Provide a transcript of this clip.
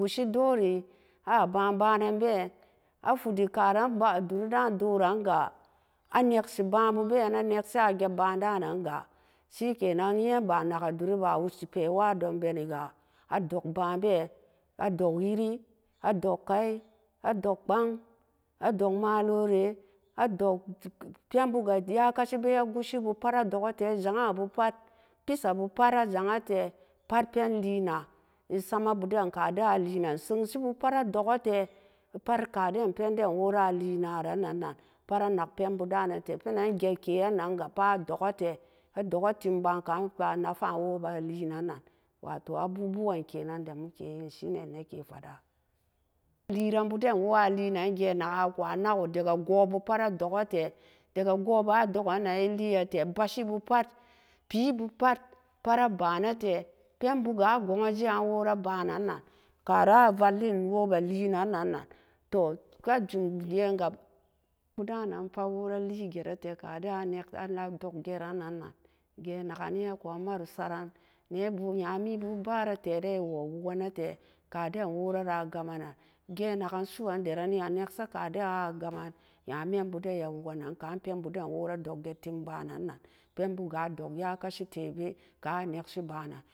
Gusi dori e ma pbaan ba nen been. a fidi ka ran duri dan do ram ga a nek si pbaan bo been a neksi pbaan bo ben a neksi a jet pbaan da nan ga shike nan e ye'n ba na ga durri pe wo se wa don be ni ga a dok pba'an been a doz nyiri a dog khai a dog pbaang a dog maloree a dog pen boo ga iyakashi dai igoshi pat a do ke tee jaga bu pat peesa bu pat a ja'an tee pat pen lee nan e sama bu den ka den a lin nan sa'unsee bu pat a doke tee ka den wo pat a nak pen bu da ne te penan jet ke ne nan ga dee pat a dog ke ne tee a dog ke tim ba'an ka na nafa wo ba lin nan na wa toh habubu wan kenan da mukiyi shi ne na ke fada leren bu den wo ra len nan ge na ken ku a na ko dega goh bu pat a doke tee daga goh ba a dog kan nan e lee a tee basi bu pat, pee bu pat, pat a ba tee pen bu ga gojee an wora ban nan-nan ka ran a vallen wo ma lee nan-nan toh bee jum ga'an ga pen bu dan nan pat wo ra lee a je ree te ka den a nak a dog jeran nan-nan ga'an na ken ne ku a maro saren nebu nyami ba bari tee e non wo wokeni ne te ka den wora a gam men nan ge'an naken su'uandaran a neksa ka den wora a gam men nyameen bu den ma woken nan ka pen buden wo dog vet tim ba'an nan pen bu ga dog nakashi tebe kan e neksi ba'a nan.